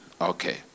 okay